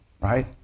right